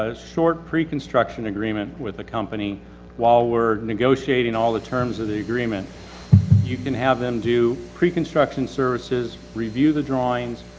ah short preconstruction agreement with the company while we're negotiating all the terms of the agreement you can have them do preconstruction services, review the drawings.